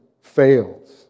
fails